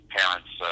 parents